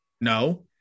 No